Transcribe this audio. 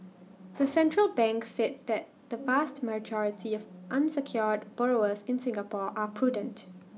the central bank said that the vast majority of unsecured borrowers in Singapore are prudent